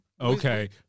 Okay